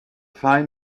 fine